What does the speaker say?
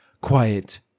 quiet